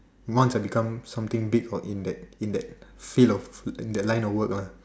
once I become something big or in that in that field of in that line of work lah